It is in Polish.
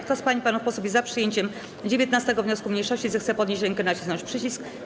Kto z pań i panów posłów jest za przyjęciem 19. wniosku mniejszości, zechce podnieść rękę i nacisnąć przycisk.